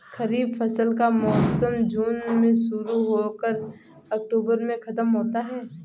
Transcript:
खरीफ फसल का मौसम जून में शुरू हो कर अक्टूबर में ख़त्म होता है